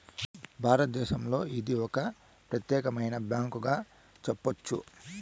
భారతదేశంలో ఇది ఒక ప్రత్యేకమైన బ్యాంకుగా చెప్పొచ్చు